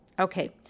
Okay